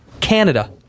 Canada